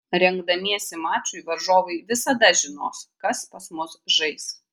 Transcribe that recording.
rengdamiesi mačui varžovai visada žinos kas pas mus žais